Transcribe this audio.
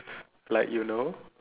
like you know